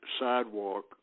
sidewalk